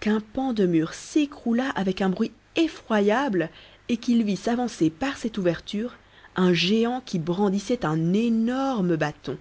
qu'un pan de mur s'écroula avec un bruit effroyable et qu'il vit s'avancer par cette ouverture un géant qui brandissait un énorme bâton